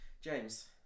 james